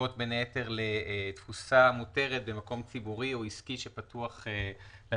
שנוגעות בין היתר לתפוסה מותרת במקום ציבורי או עסקי שפתוח לציבור.